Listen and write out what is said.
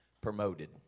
promoted